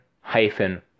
hyphen